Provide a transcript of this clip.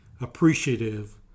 appreciative